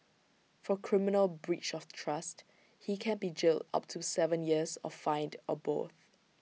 for criminal breach of trust he can be jailed up to Seven years or fined or both